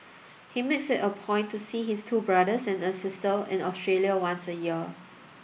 he makes it a point to see his two brothers and a sister in Australia once a year